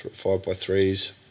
five-by-threes